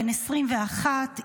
בן 21,